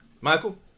Michael